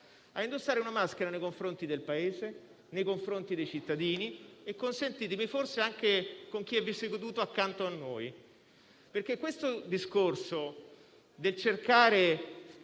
a indossare una maschera nei confronti del Paese, nei confronti dei cittadini e, consentitemi, forse anche con chi ha vissuto accanto a noi. L'onorevole Zan